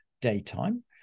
daytime